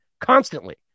constantly